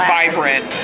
vibrant